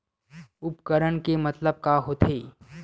उपकरण के मतलब का होथे?